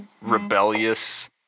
rebellious